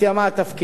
מה התפקיד,